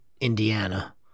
Indiana